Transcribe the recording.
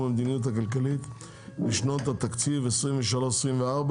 המדיניות הכלכלית לשנות התקציב 2023 ו-2024),